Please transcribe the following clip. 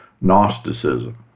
Gnosticism